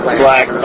black